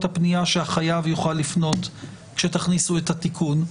הפנייה שהחייב יוכל לפנות כשתכניסו את התיקון,